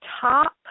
top